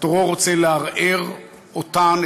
הטרור רוצה לערער אותן,